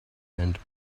end